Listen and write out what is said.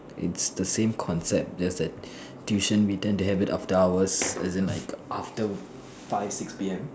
it's the same concept just that tuition we tend to have it after hours as in like after five six P_M